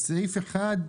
סעיף 1,